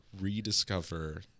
rediscover